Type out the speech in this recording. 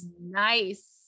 nice